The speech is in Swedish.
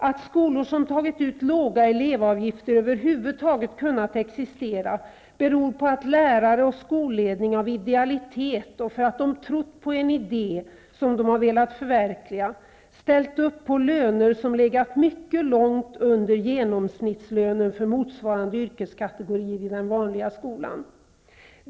Att skolor som har tagit ut låga elevavgifter över huvud taget har kunnat existera beror på att lärare och skolledning, av idealitet och för att de trott på en idé som de har velat förverkliga, har ställt upp på löner som har legat mycket långt under genomsnittslönen för motsvarande yrkeskategori i den vanliga skolan.